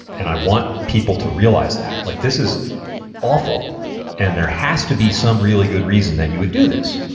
and i want people to realize that. like this is awful and there has to be some really good reason that you would do this.